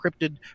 encrypted